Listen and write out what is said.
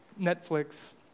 Netflix